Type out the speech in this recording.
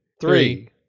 three